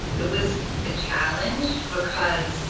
it was a challenge because